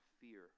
fear